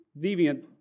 deviant